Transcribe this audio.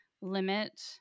limit